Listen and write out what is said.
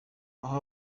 aho